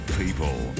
people